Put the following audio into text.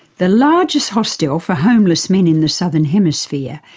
the largest hostel for homeless men in the southern hemisphere,